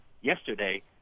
yesterday